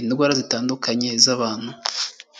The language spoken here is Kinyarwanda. indwara zitandukanye z'abantu.